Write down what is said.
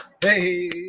hey